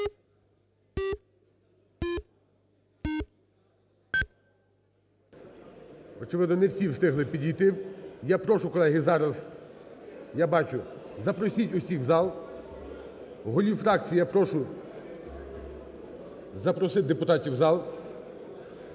Очевидно, не всі встигли підійти. Я прошу, колеги, зараз, я бачу, запросіть усіх в зал, голів фракцій я прошу запросити депутатів в зал.